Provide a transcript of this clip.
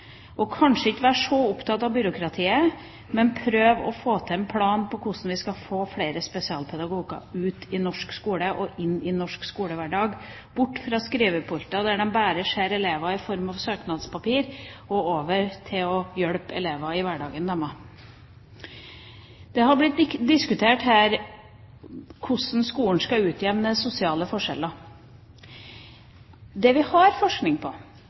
burde kanskje ikke være så opptatt av byråkratiet, men prøve å få til en plan for hvordan vi skal få flere spesialpedagoger ut i norsk skole, inn i norsk skolehverdag – bort fra skrivepulter som gjør at de bare ser elever i form av søknadspapirer, og over til å hjelpe elever i hverdagen deres. Det har blitt diskutert her hvordan skolen skal utjevne sosiale forskjeller. Det vi har forskning på,